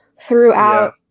throughout